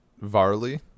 varley